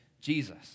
Jesus